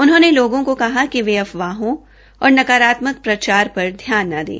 उन्होंने लोगों को कहा कि वे अफवाहों और नकारात्मक प्रचार पर ध्यान न दें